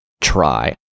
try